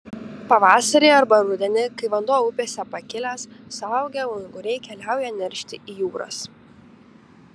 pavasarį arba rudenį kai vanduo upėse pakilęs suaugę unguriai keliauja neršti į jūras